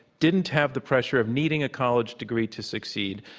didn't have the pressure of needing a college degree to succeed?